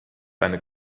eine